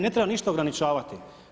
Ne treba ništa ograničavati.